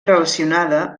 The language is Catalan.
relacionada